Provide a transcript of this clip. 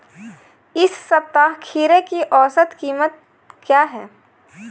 इस सप्ताह खीरे की औसत कीमत क्या है?